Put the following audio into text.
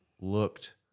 looked